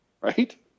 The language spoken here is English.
right